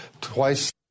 Twice